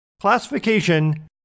classification